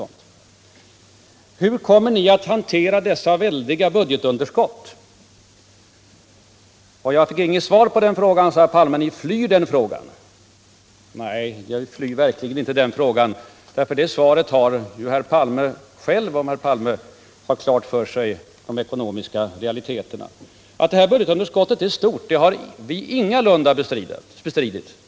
Hur kommer ni att hantera dessa väldiga budgetunderskott, frågade herr Palme och menade att han inte fått något svar på den frågan. Ni flyr den frågan, påstår han. Nej, vi flyr verkligen inte. Svaret har herr Palme själv om herr Palme har de ekonomiska realiteterna klara för sig. Vi har ingalunda bestritt att budgetunderskottet är stort.